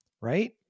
Right